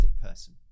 person